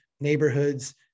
neighborhoods